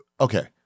Okay